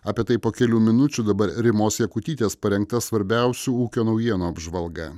apie tai po kelių minučių dabar rimos jakutytės parengta svarbiausių ūkio naujienų apžvalga